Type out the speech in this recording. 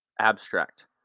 Abstract